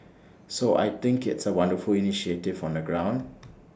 so I think it's A wonderful initiative on the ground